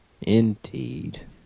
Indeed